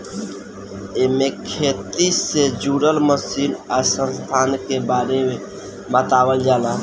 एमे खेती से जुड़ल मशीन आ संसाधन के बारे बतावल जाला